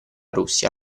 russia